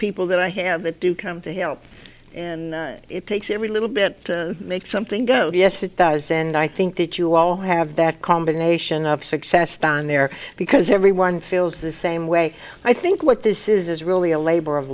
people that i have that do come to help and it takes every little bit makes something go yes it does and i think that you all have that combination of success down there because everyone feels the same way i think what this is is really a labor of